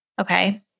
Okay